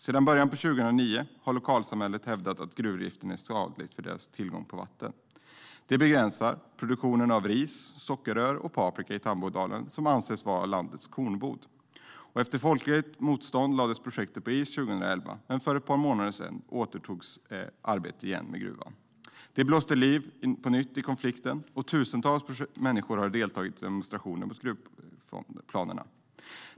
Sedan början av 2009 har lokalsamhället hävdat att gruvdriften är skadlig för dess tillgång till vatten. Det begränsar produktionen av ris, sockerrör och paprika i Tambodalen, som anses vara landets kornbod. Efter folkligt motstånd lades projektet på is 2011. Men för ett par månader sedan återupptogs arbetet med gruvan. Det blåste på nytt liv i konflikten, och tusentals människor har deltagit i demonstrationer mot gruvplanerna.